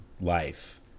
life